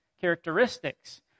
characteristics